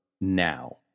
now